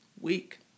week